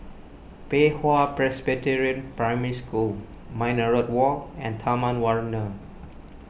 Pei Hwa Presbyterian Primary School Minaret Walk and Taman Warna